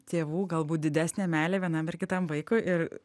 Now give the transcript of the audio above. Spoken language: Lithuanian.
tėvų galbūt didesnę meilę vienam ar kitam vaikui ir